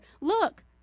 Look